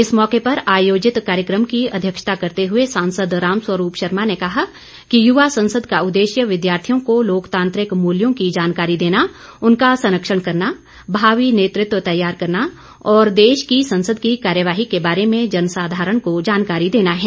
इस मौके पर आयोजित कार्यक्रम की अध्यक्षता करते हुए सांसद रामस्वरूप शर्मा ने कहा कि युवा संसद का उदेश्य विद्यार्थियों को लोकतांत्रिक मूल्यों की जानकारी देना उनका संरक्षण करना भावी नेतृत्व तैयार करना और देश की संसद की कार्यवाही के बारे में जनसाधारण को जानकारी देना है